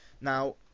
Now